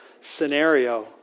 scenario